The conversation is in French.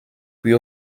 puis